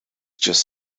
just